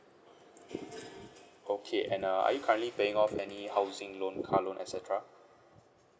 okay and uh are you currently paying of any housing loan car loan et cetera